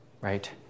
right